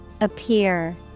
Appear